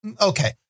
Okay